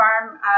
farm